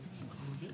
כי בהתחלה